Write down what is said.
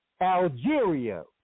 Algeria